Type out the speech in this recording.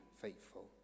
faithful